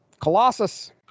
Colossus